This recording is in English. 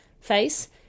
face